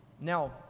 Now